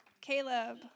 Caleb